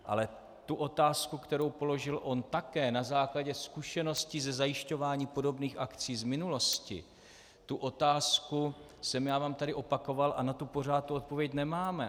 Ale tu otázku, kterou položil on také na základě zkušeností ze zajišťování podobných akcí z minulosti, tu otázku jsem já vám tady opakoval a na tu pořád odpověď nemáme.